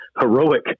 heroic